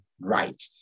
right